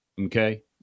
Okay